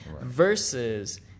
versus